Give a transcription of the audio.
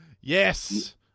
Yes